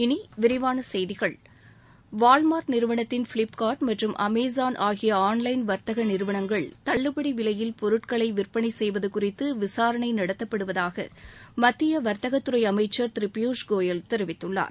இனி விரிவான செய்திகள் வாவ்மார்ட் நிறுவனத்தின் ஃபிலிப்காட் மற்றம் அமேசான் ஆகிய ஆன்லைன் வர்த்தக நிறுவனங்கள் தள்ளுபடி விலையில் பொருட்களை நிர்ணயம் விற்பனை செய்வது குறித்து விசாரணை நடத்தப்படுவதாக மத்திய வர்த்தகத்துறை அமைச்சர் திரு பியூஷ் கோயல் தெரிவித்துள்ளார்